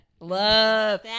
love